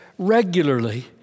regularly